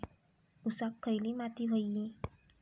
ऊसाक खयली माती व्हयी?